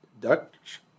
Dutch